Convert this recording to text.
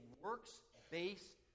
works-based